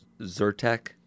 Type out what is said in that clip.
Zyrtec